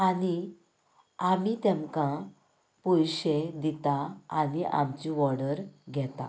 आनी आमी तेंमका पयशें दिता आनी आमची ऑर्डर घेता